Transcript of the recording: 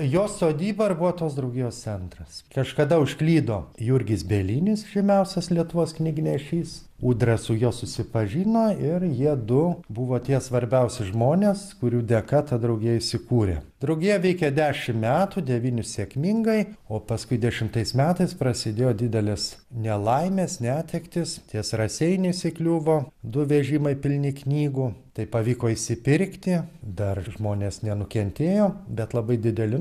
jo sodyba ir buvo tos draugijos centras kažkada užklydo jurgis bielinis žymiausias lietuvos knygnešys ūdra su juo susipažino ir jie du buvo tie svarbiausi žmonės kurių dėka ta draugija įsikūrė draugija veikė dešimt metų devynis sėkmingai o paskui dešimtais metais prasidėjo didelės nelaimės netektys ties raseiniais įkliuvo du vežimai pilni knygų tai pavyko išsipirkti dar žmonės nenukentėjo bet labai dideli